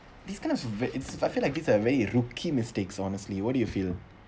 these kind of ve~ is I feel like it's a rookie mistakes honestly what do you feel